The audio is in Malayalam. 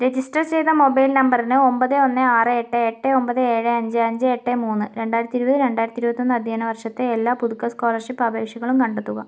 രജിസ്റ്റർ ചെയ്ത മൊബൈൽ നമ്പറിന് ഒമ്പത് ഒന്ന് ആറ് എട്ട് എട്ടേ ഒമ്പത് ഏഴ് അഞ്ച് അഞ്ച് എട്ട് മൂന്ന് രണ്ടായിരത്തി ഇരുപത് രണ്ടായിരത്തി ഇരുപത്തൊന്ന് അധ്യയന വർഷത്തെ എല്ലാ പുതുക്കൽ സ്കോളർഷിപ്പ് അപേക്ഷകളും കണ്ടെത്തുക